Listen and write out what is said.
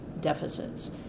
deficits